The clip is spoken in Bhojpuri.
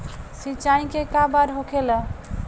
सिंचाई के बार होखेला?